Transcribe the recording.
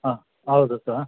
ಹಾಂ ಹೌದು ಸಾರ್